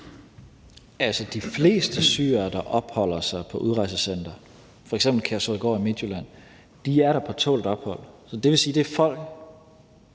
Altså, de fleste syrere, der opholder sig på et udrejsecenter, f.eks. Kærshovedgård i Midtjylland, er der på tålt ophold. Så det vil sige, at det er folk,